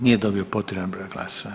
Nije dobio potreban broj glasova.